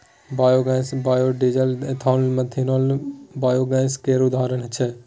biogas, biodiesel, ethanol आ methanol biogas केर उदाहरण छै